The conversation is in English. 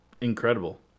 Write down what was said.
incredible